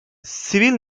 sivil